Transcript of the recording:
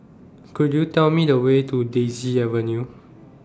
Could YOU Tell Me The Way to Daisy Avenue